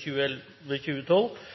Stortinget klar til